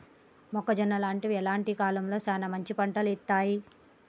మొక్కజొన్న లాంటివి ఏ కాలంలో సానా మంచి పంటను ఇత్తయ్?